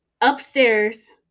upstairs